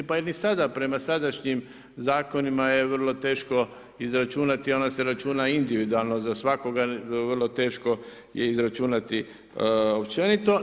Pa ni sada prema sadašnjim zakonima je vrlo teško izračunati i ona se računa individualno, za svakoga je vrlo teško izračunati općenito.